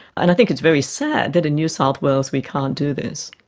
and i think it's very sad that in new south wales we can't do this.